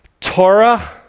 Torah